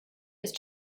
ist